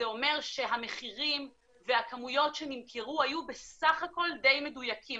זה אומר שהמחירים והכמויות שנמכרו היו בסך הכול די מדויקים.